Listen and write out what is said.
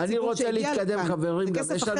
זה כסף אחר